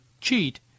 cheat